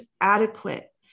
adequate